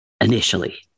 initially